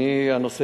אני רוצה